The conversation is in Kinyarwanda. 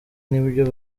n’ibyo